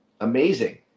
Amazing